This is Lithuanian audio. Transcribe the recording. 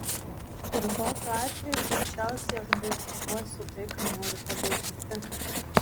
ir tokiu atveju greičiausiai aš boikotuosiu tai ką noriu padaryti